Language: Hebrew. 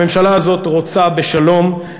הממשלה הזאת רוצה בשלום,